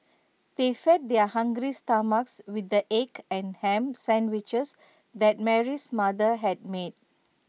they fed their hungry stomachs with the egg and Ham Sandwiches that Mary's mother had made